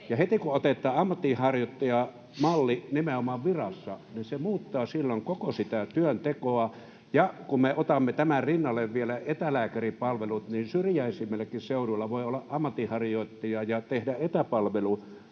heti, kun otetaan ammatinharjoittajamalli nimenomaan virassa, se muuttaa koko sitä työntekoa. Ja kun me otamme tämän rinnalle vielä etälääkäripalvelut, niin syrjäisimmilläkin seuduilla voi olla ammatinharjoittajia ja voidaan tehdä etäpalvelut